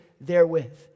therewith